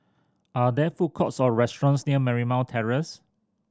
are there food courts or restaurants near Marymount Terrace